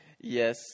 Yes